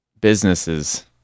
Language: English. businesses